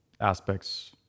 aspects